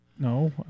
No